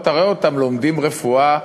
רואים אותן: לומדים רפואה.